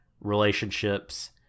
relationships